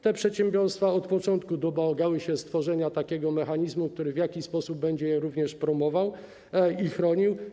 Te przedsiębiorstwa od początku domagały się stworzenia takiego mechanizmu, który w jakiś sposób będzie je również promował i chronił.